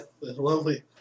Lovely